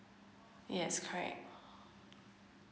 yes correct